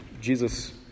Jesus